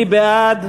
מי בעד?